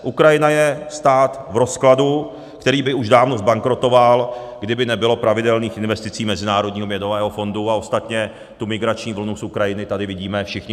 Ukrajina je stát v rozkladu, který by už dávno zbankrotoval, kdyby nebylo pravidelných investic Mezinárodního měnového fondu, a ostatně tu migrační vlnu z Ukrajiny tady vidíme všichni.